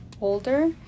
older